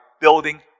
building